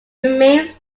remains